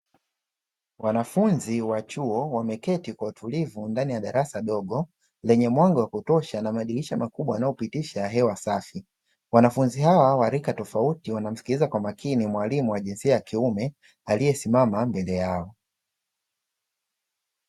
Wanafunzi wa chuo wameketi kwa utulivu ndani ya darasa dogo lenye mwanga wa kutosha na madirisha makubwa yanayopitisha hewa safi, wanafunzi hawa wa rika tofauti wanamsikiliza kwa makini mwalimu wa jinsia ya kiume aliyesimama mbele yao.